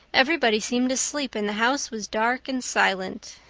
everybody seemed asleep and the house was dark and silent.